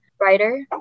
writer